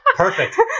Perfect